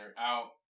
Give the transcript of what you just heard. out